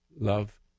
love